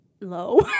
low